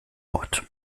ort